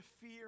fear